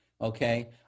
Okay